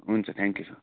हुन्छ thank you sir